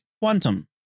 quantum